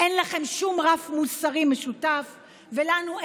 אין שום רף מוסרי משותף לנו,